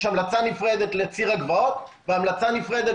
יש המלצה נפרדת לציר הגבעות והמלצה נפרדת